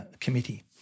committee